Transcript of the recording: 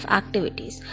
activities